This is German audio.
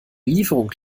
lieferung